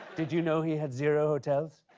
did you know he had zero hotels?